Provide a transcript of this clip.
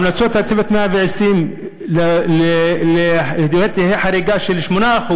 המלצות "צוות 120 הימים" הן לבנייה חריגה של 8%,